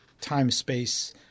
time-space